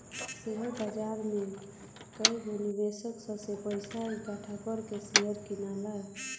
share बाजार में कएगो निवेशक सन से पइसा इकठ्ठा कर के शेयर किनला